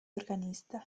organista